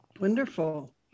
wonderful